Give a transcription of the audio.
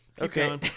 Okay